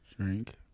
Drink